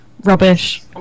rubbish